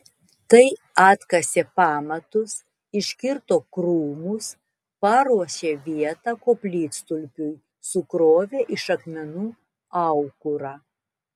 tai atkasė pamatus iškirto krūmus paruošė vietą koplytstulpiui sukrovė iš akmenų aukurą